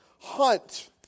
hunt